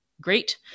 Great